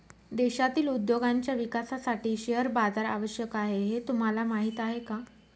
देशातील उद्योगांच्या विकासासाठी शेअर बाजार आवश्यक आहे हे तुम्हाला माहीत आहे का?